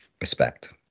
respect